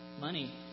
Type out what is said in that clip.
money